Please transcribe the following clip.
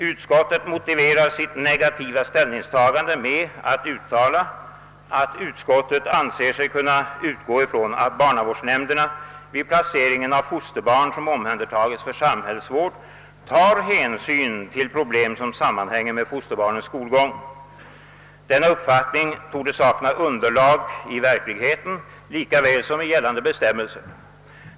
Utskottet motiverar sitt negativa ställningstagande med följande uttalande: »Utskottet anser sig också kunna utgå ifrån att barnavårdsnämnderna vid placeringen av fosterbarn, som omhändertagits för samhällsvård, tar hänsyn till problem som sammanhänger med fosterbarnens skolgång.» Denna uppfattning torde sakna underlag såväl i verkligheten som i gällande bestämmelser.